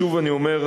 שוב אני אומר: